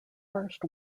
first